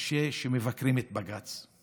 קשה כשמבקרים את בג"ץ,